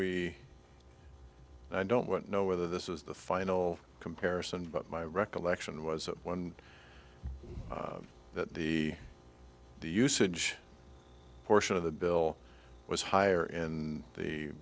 we i don't know whether this is the final comparison but my recollection was that one that the the usage portion of the bill was higher in the